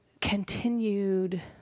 continued